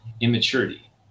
immaturity